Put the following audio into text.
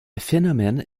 phénomène